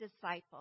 disciple